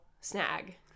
snag